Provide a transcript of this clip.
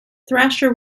thrasher